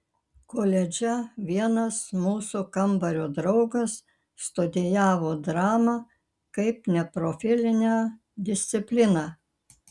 koledže vienas mūsų kambario draugas studijavo dramą kaip neprofilinę discipliną